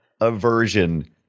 aversion